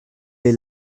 les